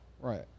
Right